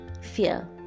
fear